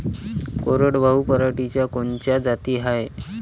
कोरडवाहू पराटीच्या कोनच्या जाती हाये?